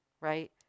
right